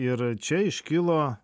ir čia iškilo